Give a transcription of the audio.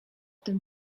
tym